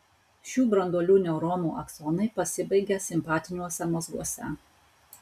šių branduolių neuronų aksonai pasibaigia simpatiniuose mazguose